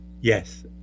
Yes